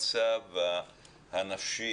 מאז שהקורונה פרצה לחיינו אנחנו רואים את המצב הנפשי,